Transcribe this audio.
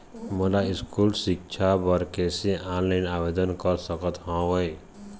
मैं स्कूल सिक्छा बर कैसे ऑनलाइन आवेदन कर सकत हावे?